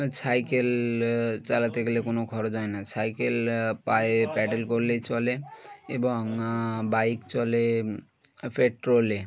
cycle চালাতে গেলে কোনো খরচ হয় না সাইকেল পায়ে প্যাডেল করলেই চলে এবং বাইক চলে পেট্রোলে